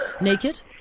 naked